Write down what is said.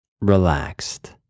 Relaxed